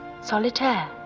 Solitaire